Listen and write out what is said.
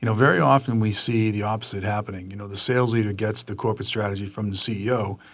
you know very often we see the opposite happening. you know the sales leader gets the corporate strategy from the ceo,